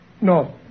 no